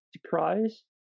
surprise